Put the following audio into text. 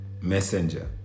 Messenger